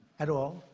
at all.